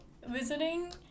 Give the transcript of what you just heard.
visiting